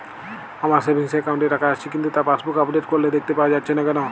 আমার savings account এ টাকা আসছে কিন্তু তা পাসবুক আপডেট করলে দেখতে পাওয়া যাচ্ছে না কেন?